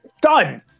Done